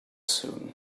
soon